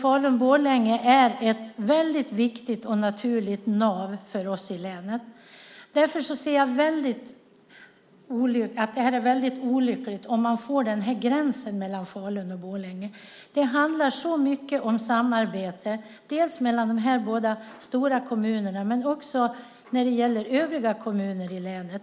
Falun-Borlänge är ett väldigt viktigt och naturligt nav för oss i länet. Därför anser jag att det är väldigt olyckligt om man får den här gränsen mellan Falun och Borlänge. Det handlar så mycket om samarbete, dels mellan dessa två stora kommuner, dels med övriga kommuner i länet.